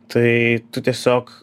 tai tu tiesiog